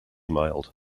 mild